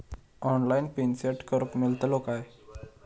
Online PIN set करूक मेलतलो काय?